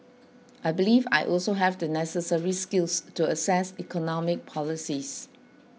I believe I also have the necessary skills to assess economic policies